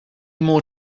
more